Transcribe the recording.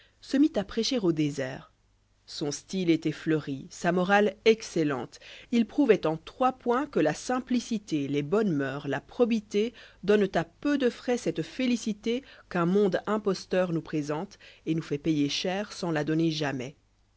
se mit à prêcher au désert n son style étoitfleuri sa morale excellente ilprouvoit entrais points que la simplicité les bonnes moeurs la probité donnent à peu de frais cette félicité qu'un inonde imposteur nous présente et nous fait payer cher sans la donner jamais